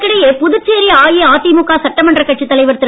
இதற்கிடையே புதுச்சேரி அஇஅதிமுக சட்டமன்றக் கட்சித் தலைவர் திரு